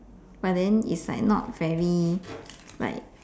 but then it's like not very like